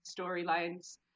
storylines